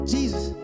Jesus